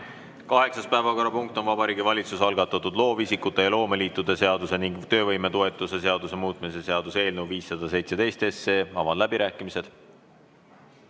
Kaheksas päevakorrapunkt on Vabariigi Valitsuse algatatud loovisikute ja loomeliitude seaduse ning töövõimetoetuse seaduse muutmise seaduse eelnõu 517. Avan läbirääkimised.